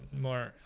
more